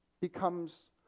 becomes